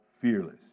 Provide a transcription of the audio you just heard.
fearless